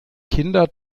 kinder